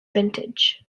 vintage